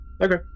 Okay